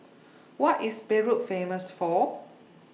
What IS Beirut Famous For